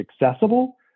accessible